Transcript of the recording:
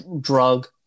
drug